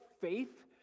faith